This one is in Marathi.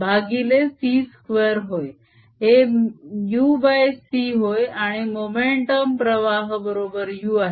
भागिले c2 होय हे μc होय आणि मोमेंटम प्रवाह बरोबर u आहे